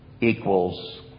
equals